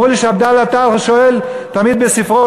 אמרו לי שעבדאללה שואל תמיד בספרו,